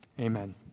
amen